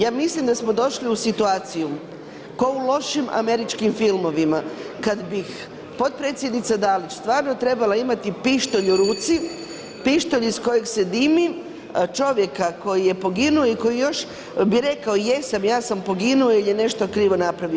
Ja mislim da smo došli u situaciju kao u lošim američkim filmovima, kada bi potpredsjednica Dalić stvarno trebala imati pištolj u ruci, pištolj iz kojeg se dimi, čovjeka koji je poginuo i koji još bi rekao, jesam, ja sam poginuo jer je nešto krivo napravio.